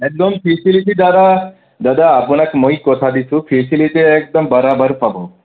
একদম ফেচিলিটিৰ দাদা দাদা মই আপোনাক কথা দিছোঁ ফেচেলিটি একদম বৰাবৰ পাব